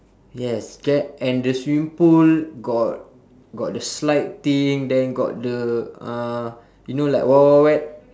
yes cat and the swimming pool got got the slide thing then got the uh you know like wild wild wet